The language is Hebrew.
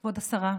כבוד השרה,